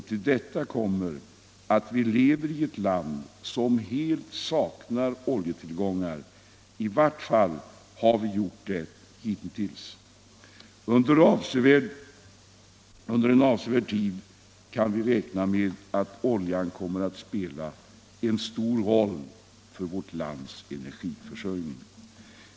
Till det kommer att vi lever i ett land som helt saknar oljetillgångar. I vart fall har vi gjort det hittills. Under en avsevärd tid kan vi räkna med att oljan kommer att spela en stor roll för vårt lands energiförsörjning.